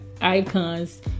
icons